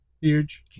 huge